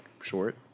short